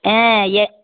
ஆ எ